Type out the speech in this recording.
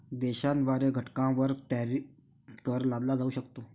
देशाद्वारे घटकांवर टॅरिफ कर लादला जाऊ शकतो